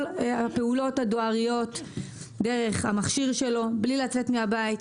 הפעולות הדואריות דרך המכשיר שלו בלי לצאת מהבית,